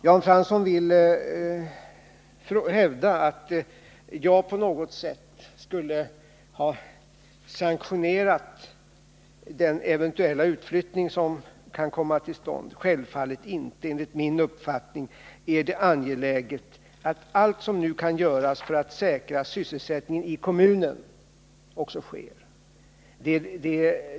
Jan Fransson vill hävda att jag på något sätt skulle ha sanktionerat den eventuella utflyttning som kan komma till stånd. Självfallet inte — enligt min uppfattning är det angeläget att allt som nu kan göras för att säkra sysselsättningen i kommunen också görs.